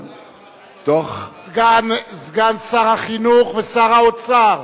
סגן שר החינוך ושר האוצר,